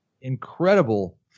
Incredible